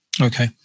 Okay